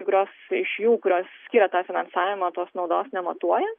kai kurios iš jų kurios skiria finansavimą tos naudos nematuoja